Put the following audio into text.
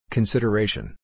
Consideration